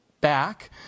back